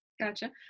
gotcha